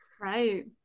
Right